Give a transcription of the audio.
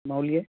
मौल्ये